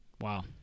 Wow